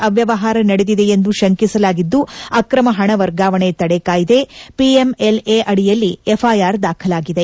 ಅವ್ಯವಹಾರ ನಡೆದಿದೆ ಎಂದು ಶಂಕಿಸಲಾಗಿದ್ದು ಅಕ್ರಮ ಹಣ ವರ್ಗಾವಣೆ ತಡೆ ಕಾಯಿದೆ ಪಿಎಂಎಲ್ಎ ಅಡಿಯಲ್ಲಿ ಎಫ್ಐಆರ್ ದಾಖಲಾಗಿದೆ